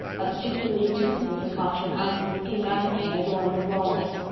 a particularly toothsome concoction iced with pink icing and adorned with walnuts.